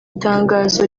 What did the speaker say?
itangazo